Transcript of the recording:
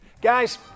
Guys